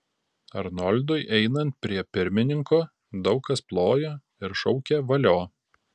arnoldui einant prie pirmininko daug kas plojo ir šaukė valio